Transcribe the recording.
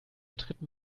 dritten